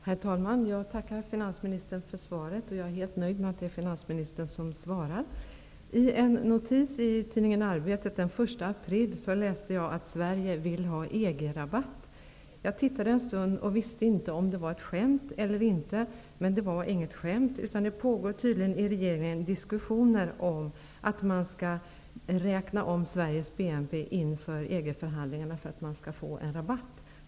Herr talman! Jag tackar finansministern för svaret, och jag är helt nöjd med att det är finansministern som svarar. I en notis i tidningen Arbetet den 1 april läste jag att Sverige vill ha EG-rabatt. Jag funderade en stund över om det var ett skämt eller inte. Men det var inget skämt. Det pågår tydligen i regeringen diskussioner om att räkna om Sveriges BNP inför EG-förhandlingarna för att kunna få en rabatt.